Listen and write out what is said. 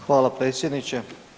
Hvala predsjedniče.